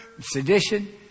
sedition